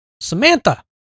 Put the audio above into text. Samantha